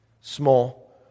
small